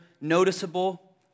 noticeable